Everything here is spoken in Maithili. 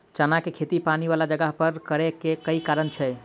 चना केँ खेती पानि वला जगह पर नै करऽ केँ के कारण छै?